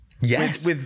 Yes